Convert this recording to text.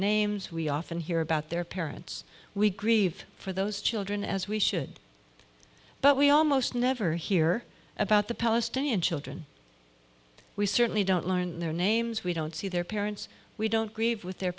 names we often hear about their parents we grieve for those children as we should but we almost never hear about the palestinian children we certainly don't learn their names we don't see their parents we don't grieve with their